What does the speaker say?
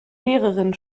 lehrerin